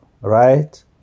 right